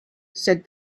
said